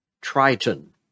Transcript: Triton